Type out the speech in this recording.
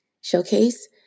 showcase